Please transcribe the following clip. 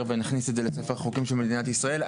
ונכניס את זה לספר החוקים של מדינת ישראל.